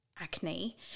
acne